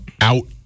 out